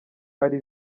ari